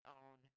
own